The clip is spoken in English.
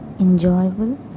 enjoyable